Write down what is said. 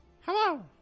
Hello